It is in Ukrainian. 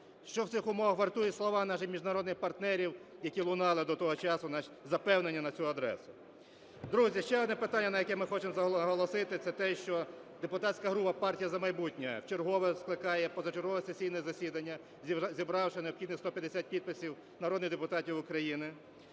Що в цих умовах вартують слова наших міжнародних партнерів, які лунали до того часу, запевнення на цю адресу? Друзі, ще одне питання, на яке ми хочемо наголосити, – це те, що депутатська група "Партія "За майбутнє" вчергове скликає позачергове сесійне засідання, зібравши необхідних 150 підписів народних депутатів України.